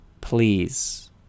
please